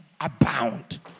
abound